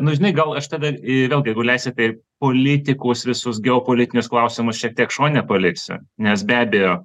nu žinai gal aš tave i vėl jeigu leisi tai politikus visus geopolitinius klausimus šiek tiek šone paliksiu nes be abejo